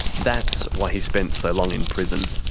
that's why he spent so long in prison.